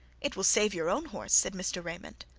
it will save your own horse, said mr. raymond.